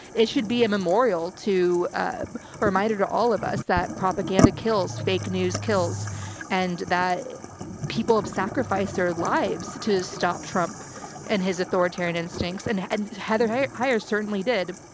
it should be a memorial to a reminder to all of us that propaganda kills fake news kills and that people have sacrificed their lives to stop trump and his authoritarian instincts. and and heather heyer heyer certainly did.